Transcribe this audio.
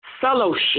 fellowship